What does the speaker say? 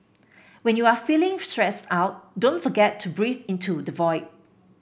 when you are feeling stressed out don't forget to breathe into the void